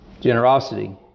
generosity